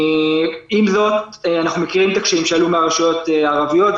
עם זאת אנחנו מכירים את הקשיים שהועלו מטעם הרשויות הערביות,